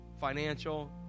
financial